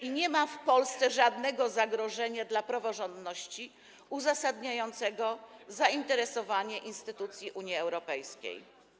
i nie ma w Polsce żadnego zagrożenia dla praworządności uzasadniającego zainteresowanie instytucji Unii Europejskiej.